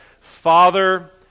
Father